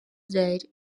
date